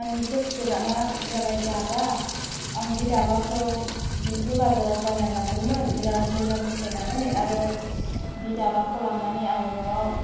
आंनि पार्स्ट प्रडाक्टआ जाबाय दाबा आं बे दाबाखौ बेंटल बाजाराव बायनानै लांदोंमोन बिराथ मोजां फसायनानै आरो बि दाबाखौ लांनानै आङो न'आव